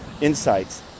insights